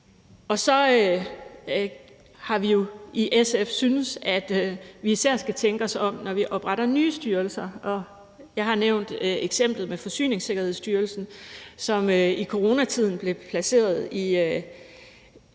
Så har vi jo i SF syntes, at vi især skal tænke os om, når vi opretter nye styrelser. Jeg har nævnt eksemplet med Styrelsen for Forsyningssikkerhed, som i coronatiden blev placeret i